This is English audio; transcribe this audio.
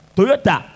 Toyota